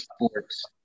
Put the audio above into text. sports